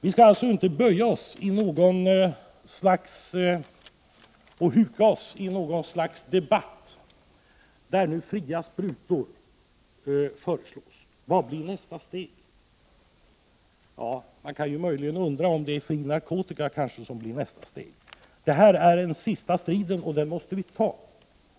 Vi skall i riksdagen inte huka oss i något slags debatt, där fria sprutor nu föreslås. Vad blir nästa steg? Man kan undra om det är fri narkotika som blir nästa steg. Detta är den sista striden, och den måste vi ta.